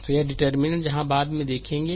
तो यह डिटर्मिननेंट् जहां बाद में देखेंगे